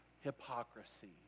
hypocrisy